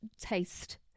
taste